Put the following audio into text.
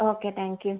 okay thank you